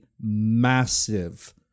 massive